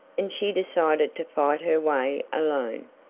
and she decided to fight her way alone.